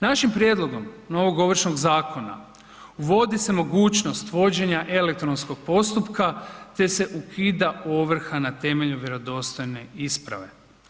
Našim prijedlogom novog Ovršnog zakona vodi se mogućnost vođenja elektronskog postupka te se ukida ovrha na temelju vjerodostojne isprave.